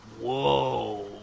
Whoa